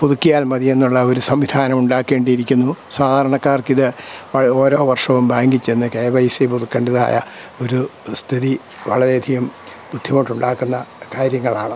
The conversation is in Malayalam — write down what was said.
പുതുക്കിയാൽ മതിയെന്നുള്ള ഒരു സംവിധാനം ഉണ്ടാക്കേണ്ടിയിരിക്കുന്നു സാധാരണകാർക്കിത് ഓരോ വർഷവും ബാങ്കിൽ ചെന്നു കെ വൈ സി പുതുക്കേണ്ടതായ ഒരു സ്ഥിതി വളരെയധികം ബുദ്ധിമുട്ടുണ്ടാക്കുന്ന കാര്യങ്ങളാണ്